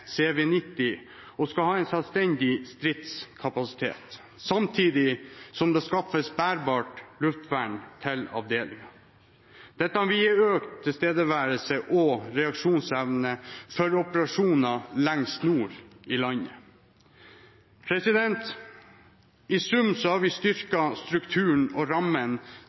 ha en selvstendig stridskapasitet, samtidig som det anskaffes bærbart luftvern til avdelingen. Dette vil gi økt tilstedeværelse og reaksjonsevne for operasjoner lengst nord i landet. I sum har vi styrket strukturen og